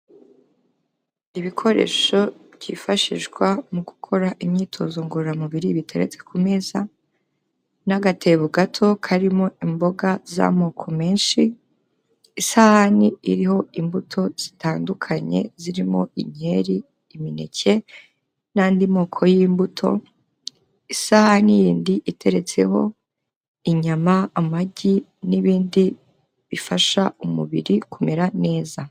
Ibikoresho byifashishwa mu gukora imyitozo ngororamubiri biteretse ku meza n'agatebo gato karimo imboga z'amoko menshi, isahani iriho imbuto zitandukanye zirimo inkeri, imineke, n'andi moko y'imbuto, isahani yindi iteretseho inyama, amagi, n'ibindi bifasha umubiri kumera neza.